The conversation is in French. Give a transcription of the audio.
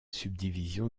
subdivision